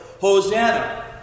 Hosanna